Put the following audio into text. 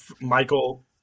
Michael